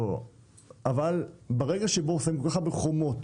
ברגע ששמים כל כך הרבה חומות